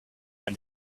and